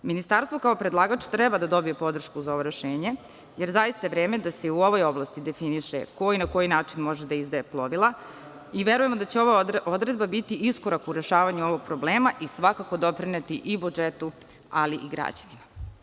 Ministarstvo kao predlagač treba da dobije podršku za ovo rešenje jer je zaista vreme da se u ovoj oblasti ko na koji način može da izdaje plovila verujemo da će ova odredba biti iskorak u rešavanju ovog problema i svakako doprineti i budžetu, ali i građanima.